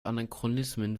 anachronismen